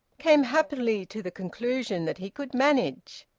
came happily to the conclusion that he could manage,